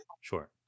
Sure